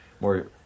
more